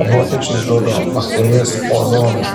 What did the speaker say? o vokiečiai žudo bakterijas ozonu